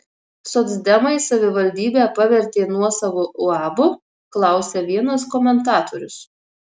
socdemai savivaldybę pavertė nuosavu uabu klausia vienas komentatorius